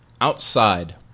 Outside